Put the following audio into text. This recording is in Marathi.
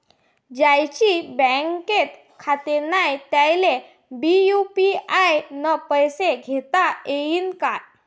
ज्याईचं बँकेत खातं नाय त्याईले बी यू.पी.आय न पैसे देताघेता येईन काय?